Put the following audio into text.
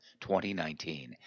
2019